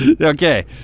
Okay